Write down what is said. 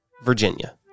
Virginia